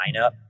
lineup